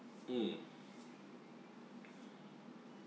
mm